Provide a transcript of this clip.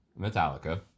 Metallica